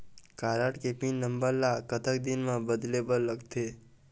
Card के pin number ला कतक दिन म बदले बर लगथे?